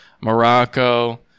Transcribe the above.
Morocco